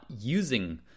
using